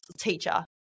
teacher